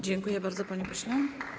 Dziękuję bardzo, panie pośle.